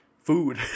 food